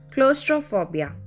Claustrophobia